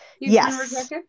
Yes